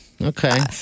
Okay